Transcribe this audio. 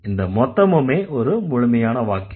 இந்த மொத்தமுமே ஒரு முழுமையான வாக்கியம்